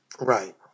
Right